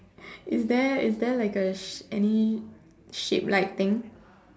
is there is there like a any shape like thing